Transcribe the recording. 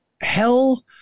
hell